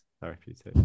therapeutic